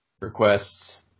Requests